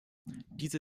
diese